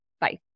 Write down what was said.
Bye